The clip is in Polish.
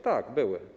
Tak, były.